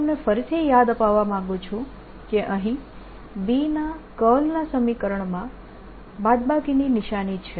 હું તમને ફરીથી યાદ અપાવવા માંગુ છું કે અહીં B ના કર્લના સમીકરણમાં બાદબાકીની નિશાની છે